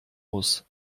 muss